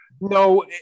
No